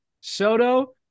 Soto